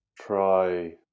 try